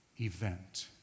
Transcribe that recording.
event